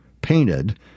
painted